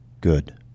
Good